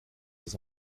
les